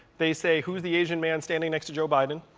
they say who's the asian man standing next to joe biden